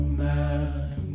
man